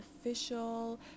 official